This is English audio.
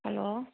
hello